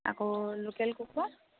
আকৌ লোকেল কুকুৰা